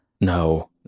No